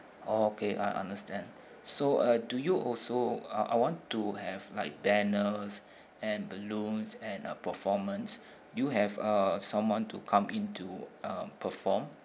oh okay I understand so uh do you also uh I want to have like banners and balloons and a performance do you have uh someone to come in to uh perform